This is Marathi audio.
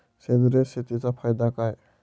सेंद्रिय शेतीचा फायदा काय?